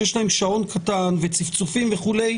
שיש להם שעון קטן וצפצופים וכולי,